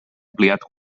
ampliat